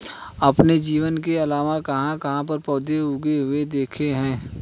आपने जमीन के अलावा कहाँ कहाँ पर पौधे उगे हुए देखे हैं?